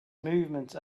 movement